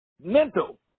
mental